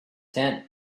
tent